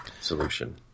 solution